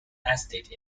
estate